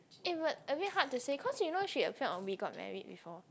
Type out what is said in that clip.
eh but a bit hard to say cause you know she appeared on We Got Married before